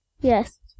Yes